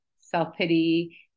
self-pity